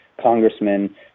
congressmen